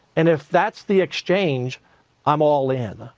and if that's the exchange i'm all in.